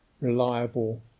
reliable